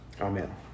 amen